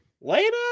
Later